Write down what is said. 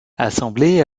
assemblée